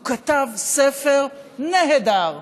הוא כתב ספר נהדר,